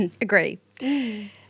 Agree